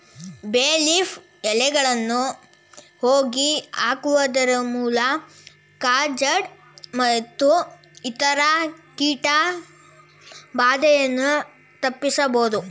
ಬೇ ಲೀಫ್ ಎಲೆಗಳನ್ನು ಹೋಗಿ ಹಾಕುವುದರಮೂಲಕ ಜಾಡ್ ಮತ್ತು ಇತರ ಕೀಟ ಬಾಧೆಯನ್ನು ತಪ್ಪಿಸಬೋದು